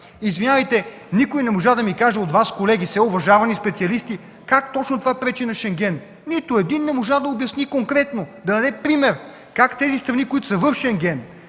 Извинявайте, никой от Вас не можа да ми каже, колеги, все уважавани специалисти, как точно това пречи на Шенген. Нито един не можа да обясни конкретно, да даде пример как тези страни, които са в Шенген,